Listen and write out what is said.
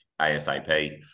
asap